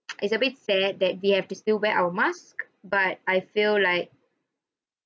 it's a bit sad that we have to still wear our mask but I feel like